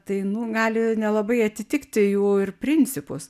tai nu gali nelabai atitikti jų ir principus